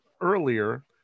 earlier